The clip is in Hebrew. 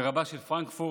ורבה של פרנקפורט,